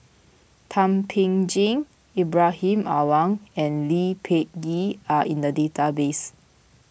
Thum Ping Tjin Ibrahim Awang and Lee Peh Gee are in the database